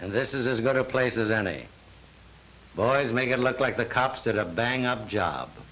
and this is going to places any boys make it look like the cops did a bang up job